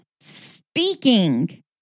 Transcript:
speaking